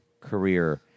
career